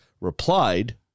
replied